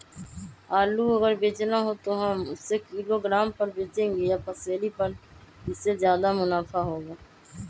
आलू अगर बेचना हो तो हम उससे किलोग्राम पर बचेंगे या पसेरी पर जिससे ज्यादा मुनाफा होगा?